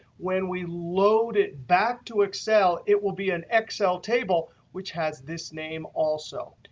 when we load it back to excel it will be an excel table which has this name also.